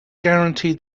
guaranteed